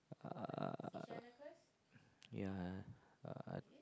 uh yeah uh